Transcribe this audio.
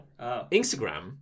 Instagram